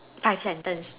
five sentence